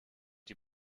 die